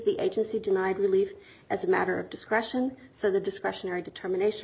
the agency denied relief as a matter of discretion so the discretionary determination